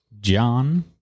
John